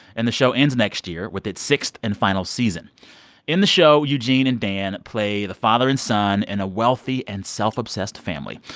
and the show ends next year with its sixth and final season in the show, eugene and dan play the father and son in a wealthy and self-obsessed family,